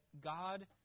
God